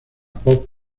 pop